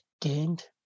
gained